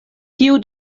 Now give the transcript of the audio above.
kiu